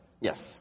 Yes